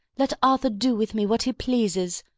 let arthur do with me what he pleases.